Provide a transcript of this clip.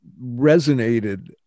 resonated